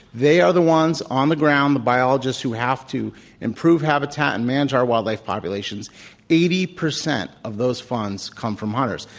they are the ones on the ground, the biologists who have to improve habitat and manage our wildlife population eighty percent of those funds come from hunters.